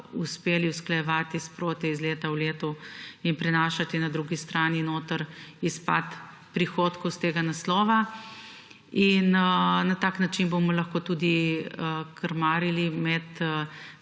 uspeli usklajevati sproti iz leta v leto in prinašati na drugi strani noter izpad prihodkov iz tega naslova. Na takšen način bomo lahko tudi krmarili med